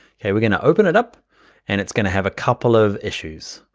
okay we're gonna open it up and it's gonna have a couple of issues,